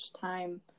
time